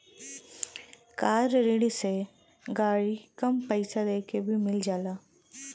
कार ऋण से गाड़ी कम पइसा देके भी मिल जाला